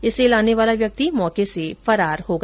इसे लाने वाला व्यक्ति मौके से फरार हो गया